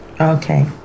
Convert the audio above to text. Okay